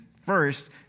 First